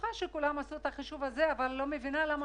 בטוחה שכולם עשו את החישוב הזה אבל אני לא מבינה למה